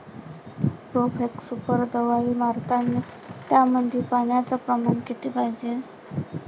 Profex super दवाई मारतानी त्यामंदी पान्याचं प्रमाण किती पायजे?